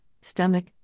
stomach